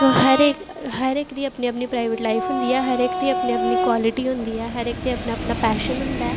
ते हर इक दी अपनीं अपनीं प्राईवेट लाईफ होंदी ऐ हर इक दी अपनीं अपनीं कवालिटी होंदी ऐ हर इक दा अपनां अपना पैशन होंदा ऐ